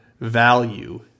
value